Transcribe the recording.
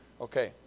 Okay